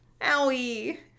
Owie